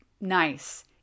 nice